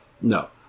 No